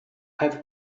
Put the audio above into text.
have